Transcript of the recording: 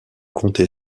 comté